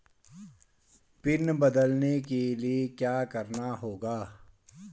Pin बदलने के लिए क्या करना होगा?